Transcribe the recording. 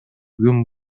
күн